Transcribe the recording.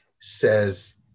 says